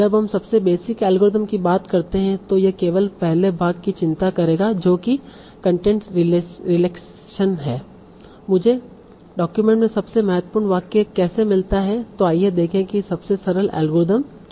जब हम सबसे बेसिक एल्गोरिथम की बात करते हैं तो यह केवल पहले भाग की चिंता करेगा जो कि कंटेंट सिलेक्शन है मुझे डॉक्यूमेंट में सबसे महत्वपूर्ण वाक्य कैसे मिलता है तो आइए देखें कि सबसे सरल एल्गोरिदम क्या है